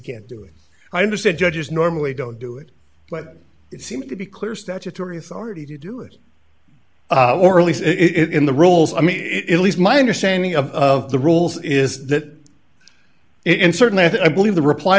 can't do it i understand judges normally don't do it but it seems to be clear statutory authority to do it or at least in the rules i mean it least my understanding of the rules is that and certainly i believe the reply